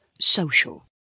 social